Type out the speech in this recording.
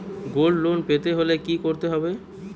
Gold loan পেতে হলে কি করতে হবে?